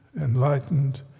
enlightened